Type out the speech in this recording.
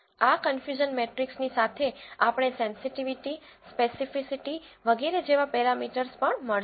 આ કન્ફયુઝન મેટ્રીક્સની સાથે આપણે સેન્સીટીવીટી સ્પેસીફીસીટી વગેરે જેવા પેરામીટર્સ પણ મળશે